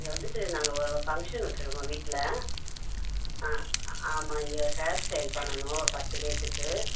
இங்கே வந்துட்டு நாங்கள் ஃபங்க்ஷன் வச்சிருக்கோம் வீட்டில ஆ ஆமாம் இங்கே ஹேர் ஸ்டைல் பண்ணணும் ஒரு பத்து பேர்த்துக்கு